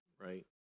right